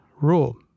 rule